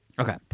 Okay